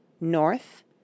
NORTH